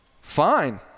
fine